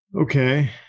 okay